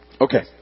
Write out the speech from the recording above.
Okay